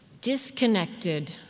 disconnected